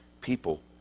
people